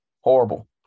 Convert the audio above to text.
Horrible